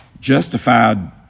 Justified